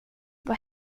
vad